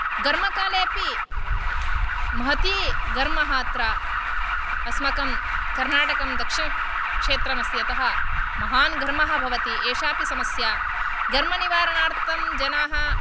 घर्मकाले अपि महती घर्मः अत्र अस्माकं कर्णाटकं दक्षिणक्षेत्रम् अस्ति अतः महान् घर्मः भवति एषा अपि समस्या घर्मनिवारणार्थं जनाः